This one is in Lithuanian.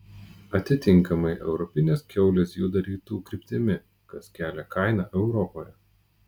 atitinkamai europinės kiaulės juda rytų kryptimi kas kelia kainą europoje